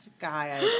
guy